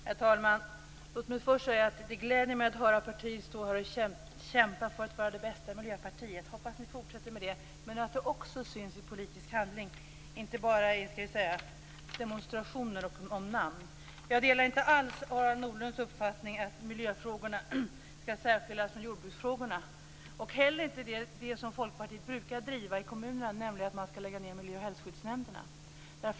Herr talman! Låt mig först säga att det gläder mig att höra partier stå här och kämpa för att föra fram det bästa från Miljöpartiet. Jag hoppas att ni fortsätter med det men att det också syns i politisk handling, inte bara i demonstrationer om namn. Jag delar inte alls Harald Nordlunds uppfattning att miljöfrågorna skall särskiljas från jordbruksfrågorna och inte heller det som Folkpartiet brukar driva i kommunerna, nämligen att man skall lägga ned miljö och hälsoskyddsnämnderna.